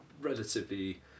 relatively